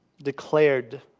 Declared